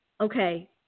okay